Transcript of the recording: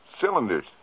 cylinders